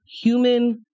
Human